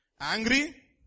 angry